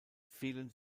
fehlen